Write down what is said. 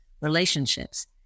relationships